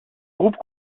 groupe